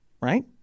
right